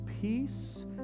peace